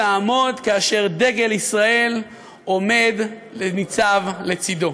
דגל ישראל ניצב לצדו.